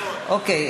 אוקיי.